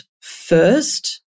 first